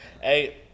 Hey